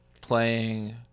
playing